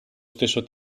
stesso